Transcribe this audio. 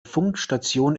funkstation